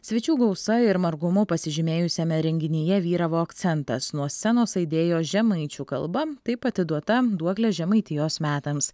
svečių gausa ir margumu pasižymėjusiame renginyje vyravo akcentas nuo scenos aidėjo žemaičių kalba taip atiduota duoklė žemaitijos metams